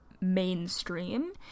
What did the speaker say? mainstream